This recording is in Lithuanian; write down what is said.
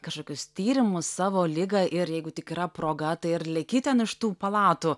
kažkokius tyrimus savo ligą ir jeigu tik yra proga tai leki ten iš tų palatų